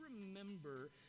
remember